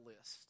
list